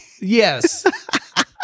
yes